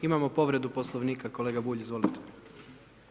Imamo povredu Poslovnika, kolega Bulj, izvolite.